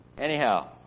Anyhow